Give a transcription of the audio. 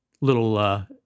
little